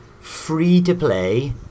free-to-play